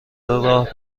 راه